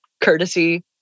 courtesy